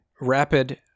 Rapid